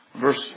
Verse